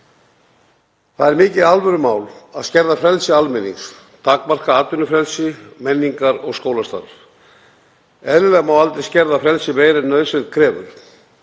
Það er mikið alvörumál að skerða frelsi almennings, takmarka atvinnufrelsi, menningar- og skólastarf. Eðlilega má aldrei skerða frelsi meira en nauðsyn krefur.